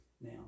Now